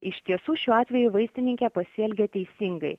iš tiesų šiuo atveju vaistininkė pasielgė teisingai